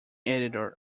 editor